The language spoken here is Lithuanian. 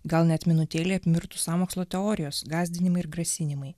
gal net minutėlei apmirtų sąmokslo teorijos gąsdinimai ir grasinimai